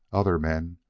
other men,